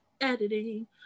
editing